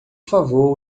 favor